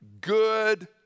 good